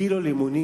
קילו לימונים